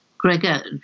Gregor